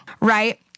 right